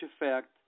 effect